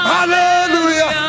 Hallelujah